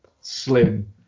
slim